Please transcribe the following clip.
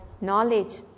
knowledge